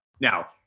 now